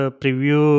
preview